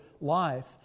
life